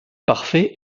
parfait